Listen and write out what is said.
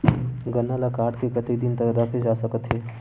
गन्ना ल काट के कतेक दिन तक रखे जा सकथे?